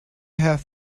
have